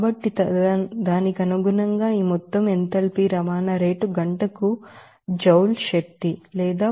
కాబట్టి తదనుగుణంగా ఈ మొత్తం ఎంథాల్పీ రవాణా రేటు గంటకు జౌల్ శక్తికి 8